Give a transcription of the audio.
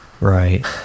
Right